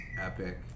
epic